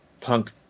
Punk